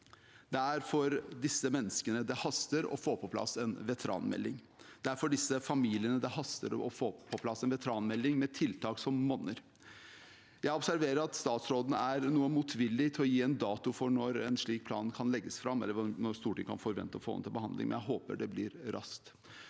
Det er for disse menneskene det haster med å få på plass en veteranmelding. Det er for disse familiene det haster med å få på plass en veteranmelding med tiltak som monner. Jeg observerer at statsråden er noe motvillig til å gi en dato for når en slik plan kan legges fram, eller når Stortinget kan forvente å få den til behandling, men jeg håper det blir raskt.